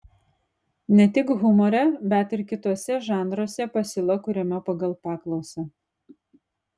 ne tik humore bet ir kituose žanruose pasiūla kuriama pagal paklausą